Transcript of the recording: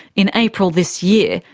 in april this year,